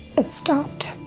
it stopped.